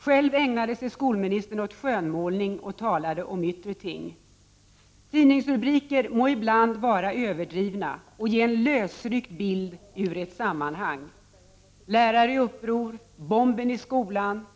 Själv ägnade sig skolministern åt skönmålning och talade om yttre ting. Tidningsrubriker må ibland vara överdrivna och ge en bild som är lösryckt ur sitt sammanhang: Bomben i skolan.